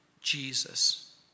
Jesus